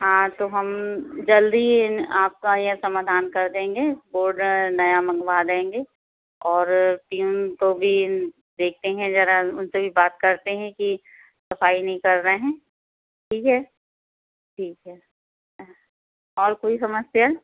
हाँ तो हम जल्दी इन आपका यह समाधान कर देंगे बोर्ड नया मंगवा देंगे और टीम को भी देखते हैं जरा उनसे भी बात करते हैं कि सफाई नहीं कर रहे हैं ठीक है ठीक है और कोई समस्या